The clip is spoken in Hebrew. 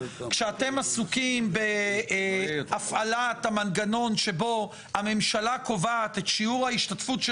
כשאתם עסוקים בהפעלת המנגנון שבו הממשלה קובעת את שיעור ההשתתפות של